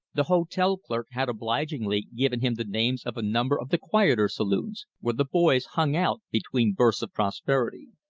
the hotel clerk had obligingly given him the names of a number of the quieter saloons, where the boys hung out between bursts of prosperity.